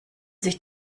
sich